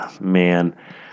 Man